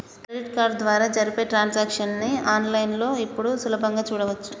credit card ద్వారా జరిపే transactions ని ఆన్ లైన్ లో ఇప్పుడు సులభంగా చూడచ్చు